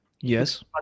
Yes